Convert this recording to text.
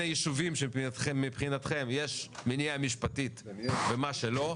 הישובים שמבחינתכם יש מניעה משפטית ומה שלא.